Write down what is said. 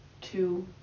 two